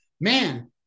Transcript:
man